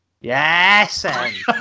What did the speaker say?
Yes